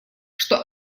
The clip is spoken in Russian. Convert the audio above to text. что